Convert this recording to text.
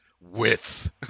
width